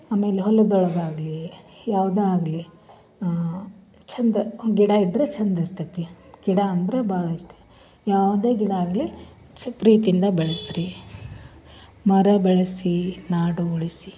ಆಮೇಲೆ ಹೊಲುದ ಒಳಗಾಗಲಿ ಯಾವುದು ಆಗಲಿ ಚಂದ ಒಂದು ಗಿಡ ಇದ್ದರೆ ಚಂದ ಇರ್ತೈತಿ ಗಿಡ ಅಂದರೆ ಭಾಳ ಇಷ್ಟ ಯಾವುದೇ ಗಿಡ ಆಗಲಿ ಅಷ್ಟೆ ಪ್ರೀತಿಯಿಂದ ಬೆಳೆಸ್ರಿ ಮರ ಬೆಳೆಸಿ ನಾಡು ಉಳಿಸಿ